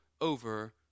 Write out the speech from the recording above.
over